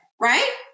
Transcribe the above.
right